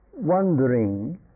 wondering